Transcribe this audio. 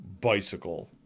bicycle